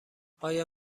آیا